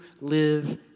live